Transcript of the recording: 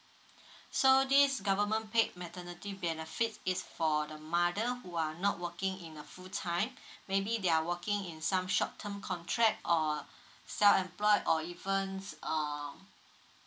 so this government paid maternity benefits is for the mother who are not working in a full time maybe they are working in some short term contract or self employed or even uh